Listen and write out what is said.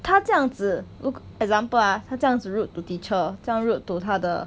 他这样子 ru~ example ah 他这样子 rude to teacher 这样 rude to 他的